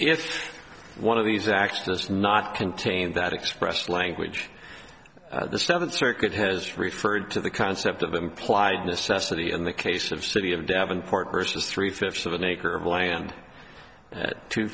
if one of these acts this not contained that express language the seventh circuit has referred to the concept of implied necessity in the case of city of davenport versus three fifths of an acre of land at two